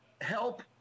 help